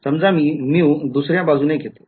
समजा मी µ दुसऱ्या बाजूने घेतो